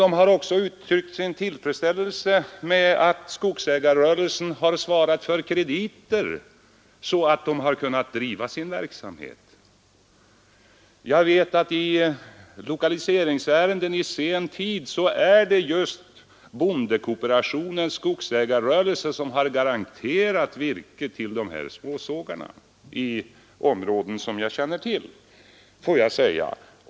De har också uttryckt sin tillfredsställelse över att skogsägarrörelsen har svarat för krediter, vilket också bidragit till att de kunnat fortsätta sin verksamhet. Jag vet att i lokaliseringsärenden i sen tid är det just bondekooperationen, skogsägarrörelsen, som i områden jag känner till har garanterat virke till dessa småsågar.